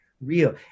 real